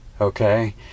okay